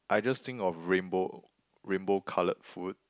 I just think of rainbow rainbow coloured food